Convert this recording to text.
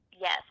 Yes